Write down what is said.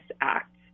act